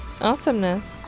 Awesomeness